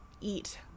eat